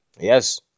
Yes